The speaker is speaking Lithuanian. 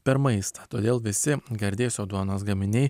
per maistą todėl visi gardėsio duonos gaminiai